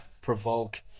provoke